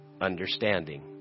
understanding